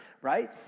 right